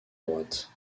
droite